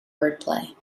wordplay